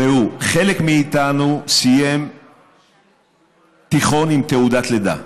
ראו, חלק מאיתנו סיים תיכון עם תעודת לידה.